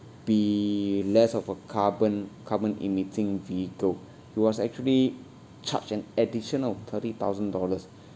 be less of a carbon carbon emitting vehicle he was actually charged an additional thirty thousand dollars